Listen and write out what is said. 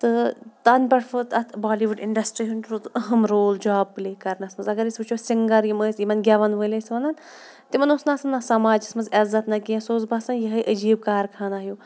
تہٕ تَنہٕ پٮ۪ٹھ ووت اَتھ بالیٖوُڈ اِنڈَسٹِرٛی ہُنٛد روٗد اہم رول جاب پٕلے کَرنَس منٛز اگر أسۍ وٕچھو سِنٛگَر یِم ٲسۍ یِمَن گٮ۪وَن وٲلۍ ٲسۍ وَنان تِمَن اوس نہٕ آسان نہ سماجَس منٛز عزت نہ کینٛہہ سُہ اوس باسان یِہٕے عجیٖب کارخانہ ہیوٗ